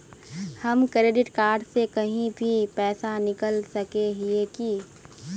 हम credit card से कहीं भी पैसा निकल सके हिये की?